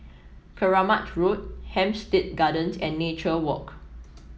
Keramat Road Hampstead Gardens and Nature Walk